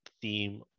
theme